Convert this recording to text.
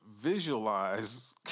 visualize